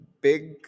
big